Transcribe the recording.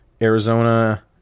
Arizona